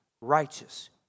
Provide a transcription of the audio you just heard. righteous